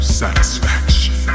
satisfaction